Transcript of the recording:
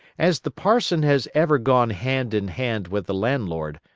as the parson has ever gone hand in hand with the landlord,